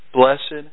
blessed